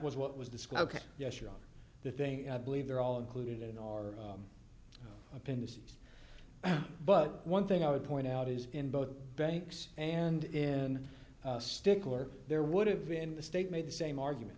was what was described yes you're on the thing i believe they're all included in our opinions but one thing i would point out is in both banks and in stickler there would have been the state made the same argument